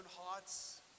hearts